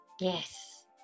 Yes